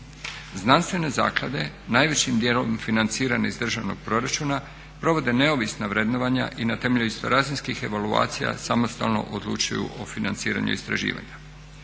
Znanstvene zaklade najvećim dijelom financirane iz državnog proračuna provode neovisna vrednovanja i na temelju istorazinskih evaluacija samostalno odlučuju o financiranju istraživanja.